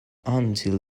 until